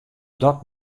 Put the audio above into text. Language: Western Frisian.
dat